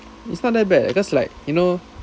it's not that bad eh cause like you know